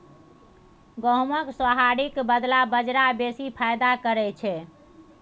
गहुमक सोहारीक बदला बजरा बेसी फायदा करय छै